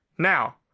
Now